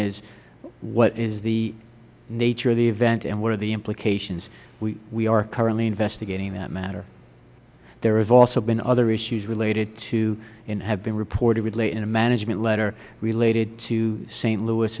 is what is the nature of the event and what are the implications we are currently investigating that matter there have also been other issues related to and have been reported in a management letter related to saint louis